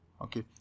Okay